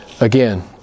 again